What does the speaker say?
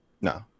No